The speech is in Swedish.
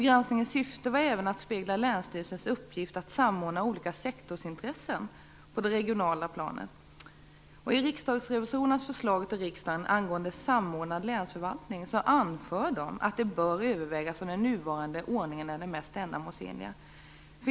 Granskningens syfte var även att spegla länsstyrelsens uppgift att samordna olika sektorsintressen på det regionala planet. I riksdagsrevisorernas förslag till riksdagen angående samordnad länsförvaltning anför de att det bör övervägas om den nuvarande ordningen är den mest ändamålsenliga.